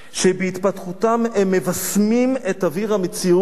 שבהתפתחותם הם מבסמים את אוויר המציאות